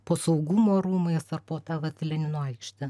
po saugumo rūmais ar po ta vat lenino aikšte